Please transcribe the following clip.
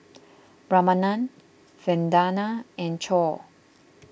Ramanand Vandana and Choor